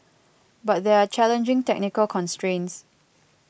but there are challenging technical constrains